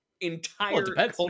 entire